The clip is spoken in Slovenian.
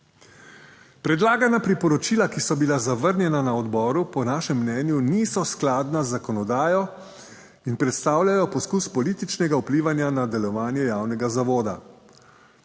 Predlagana priporočila, ki so bila zavrnjena na odboru, po našem mnenju niso skladna z zakonodajo in predstavljajo poskus političnega vplivanja na delovanje javnega zavoda.